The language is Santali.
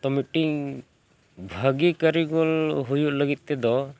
ᱛᱚ ᱢᱤᱫᱴᱤᱱ ᱵᱷᱟᱹᱜᱤ ᱠᱟᱹᱨᱤᱜᱚᱞ ᱦᱩᱭᱩᱜ ᱞᱟᱹᱜᱤᱫ ᱛᱮᱫᱚ